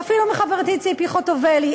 או אפילו מחברתי ציפי חוטובלי,